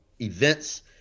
events